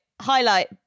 highlight